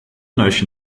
notion